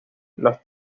los